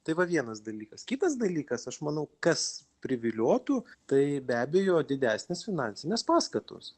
tai va vienas dalykas kitas dalykas aš manau kas priviliotų tai be abejo didesnės finansinės paskatos